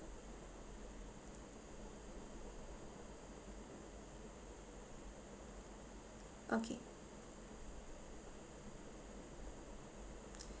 okay